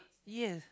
yes